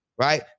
right